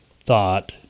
thought